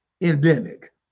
endemic